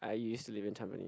I used to live in Tampines